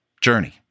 Journey